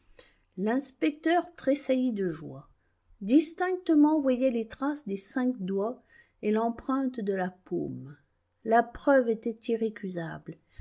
l'inspecteur tressaillit de joie distinctement on voyait les traces des cinq doigts et l'empreinte de la paume la preuve était irrécusable